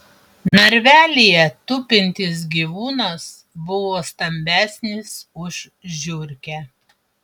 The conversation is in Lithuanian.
narvelyje tupintis gyvūnas buvo stambesnis už žiurkę